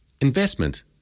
Investment